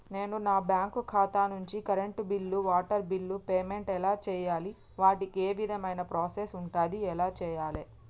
నేను నా బ్యాంకు ఖాతా నుంచి కరెంట్ బిల్లో వాటర్ బిల్లో పేమెంట్ ఎలా చేయాలి? వాటికి ఏ విధమైన ప్రాసెస్ ఉంటది? ఎలా చేయాలే?